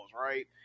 right